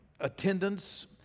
Attendance